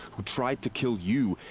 who tried to kill you.